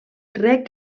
rec